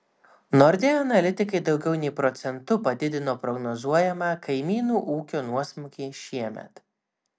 nordea analitikai daugiau nei procentu padidino prognozuojamą kaimynų ūkio nuosmukį šiemet